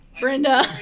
Brenda